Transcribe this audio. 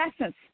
essence